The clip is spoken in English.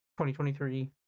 2023